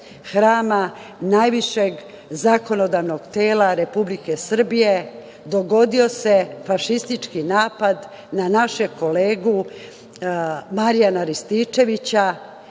hrama najvišeg zakonodavnog tela Republike Srbije, dogodio se fašistički napad na našeg kolegu Marijana Rističevića,